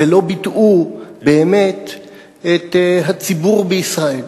ולא ביטאו באמת את הציבור בישראל.